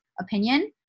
opinion